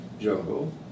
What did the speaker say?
jungle